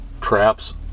traps